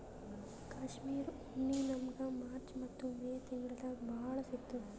ಕಾಶ್ಮೀರ್ ಉಣ್ಣಿ ನಮ್ಮಗ್ ಮಾರ್ಚ್ ಮತ್ತ್ ಮೇ ತಿಂಗಳ್ದಾಗ್ ಭಾಳ್ ಸಿಗತ್ತದ್